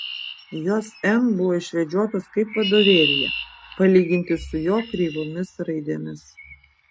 jos n buvo išvedžiotos kaip vadovėlyje palyginti su jo kreivomis raidėmis